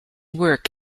work